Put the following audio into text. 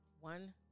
One